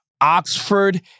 Oxford